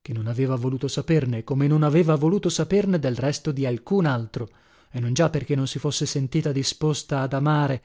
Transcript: che non aveva voluto saperne come non aveva voluto saperne del resto di alcun altro e non già perché non si fosse sentita disposta ad amare